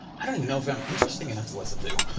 i don't even know if i'm interesting enough to listen to?